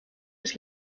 des